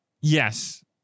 Yes